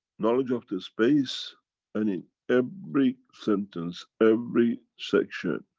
knowledge of the space and in every sentence, every section,